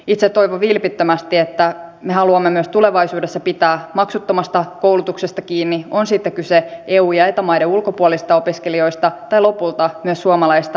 itse toivon vilpittömästi että me haluamme myös tulevaisuudessa pitää maksuttomasta koulutuksesta kiinni on sitten kyse eu ja eta maiden ulkopuolisista opiskelijoista tai lopulta myös suomalaisista opiskelijoista